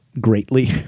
greatly